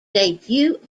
debut